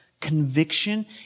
Conviction